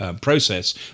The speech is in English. process